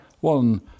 One